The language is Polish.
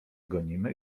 gonimy